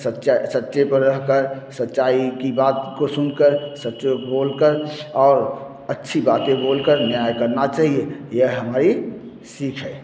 सच्चा सच्च पर रह कर सच्चाई की बात को सुन कर सच्च बो लकर और अच्छी बातें बोल कर न्याय करना चाहिए यह हमारी सीख है